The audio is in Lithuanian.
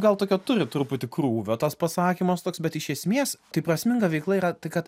gal tokio turi truputį krūvio tas pasakymas toks bet iš esmės tai prasminga veikla yra tai kad